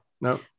no